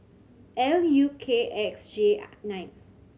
L U K X J nine